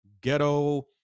ghetto